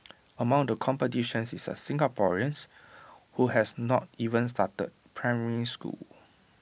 among the competitors is A Singaporean who has not even started primary school